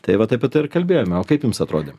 tai vat apie tai ir kalbėjome o kaip jums atrodė